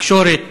והתקשורת